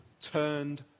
turned